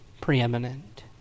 preeminent